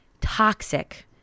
toxic